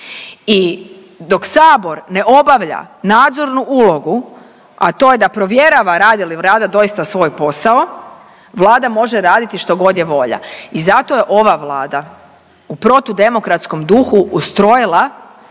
I dok sabor ne obavlja nadzornu ulogu, a to je da provjerava radi li Vlada doista svoj posao, Vlada može raditi što god je volja i zato je ova Vlada u protudemokratskom duhu ustrojila